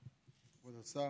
כבוד השר,